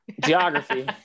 Geography